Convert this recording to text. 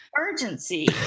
urgency